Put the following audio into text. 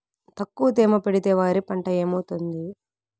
తక్కువ తేమ పెడితే వరి పంట ఏమవుతుంది